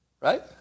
Right